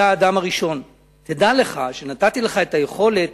אתה אדם הראשון, תדע לך שנתתי לך את היכולת